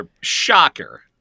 Shocker